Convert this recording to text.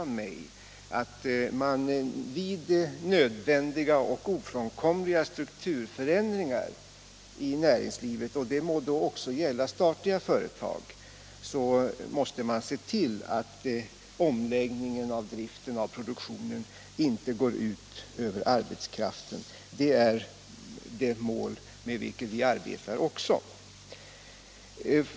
Vi måste se till att nödvändiga och ofrånkomliga strukturförändringar i näringslivet — det må då gälla också statliga företag —- inte går ut över arbetskraften. Det är det mål som vi också har för ögonen.